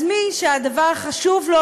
אז מי שהדבר חשוב לו,